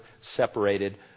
separated